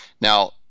Now